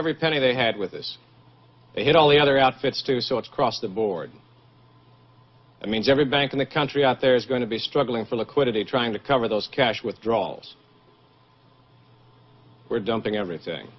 every penny they had with us they had all the other outfits too so it's across the board i mean every bank in the country out there is going to be struggling for liquidity trying to cover those cash withdrawals were dumping everything